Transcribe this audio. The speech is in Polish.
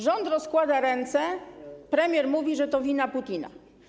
Rząd rozkłada ręce, premier mówi, że to wina Putina.